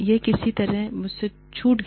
यह किसी तरह मुझसे छूट गया